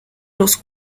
los